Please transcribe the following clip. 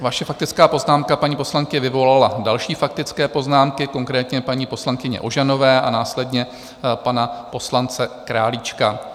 Vaše faktická poznámka, paní poslankyně, vyvolala další faktické poznámky, konkrétně paní poslankyně Ožanové a následně pana poslance Králíčka.